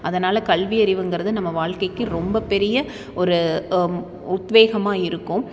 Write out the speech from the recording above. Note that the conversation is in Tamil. அதனால் கல்வியறிவுங்கிறது நம்ம வாழ்க்கைக்கு ரொம்ப பெரிய ஒரு உத்வேகமாக இருக்கும்